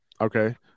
okay